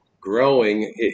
growing